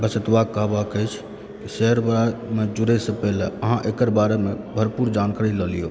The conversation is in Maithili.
बस एतबा कहबाक अछि शेयर बजारमे जुड़यसंँ पहिले अहाँ एकर बारेमे भरपूर जानकारी लए लियौ